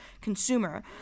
consumer